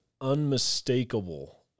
unmistakable